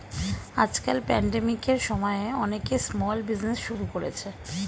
আজকাল প্যান্ডেমিকের সময়ে অনেকে স্মল বিজনেজ শুরু করেছে